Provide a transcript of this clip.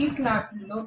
ఈ స్లాట్లలో